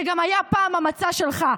ופעם זה גם היה המצע שלך,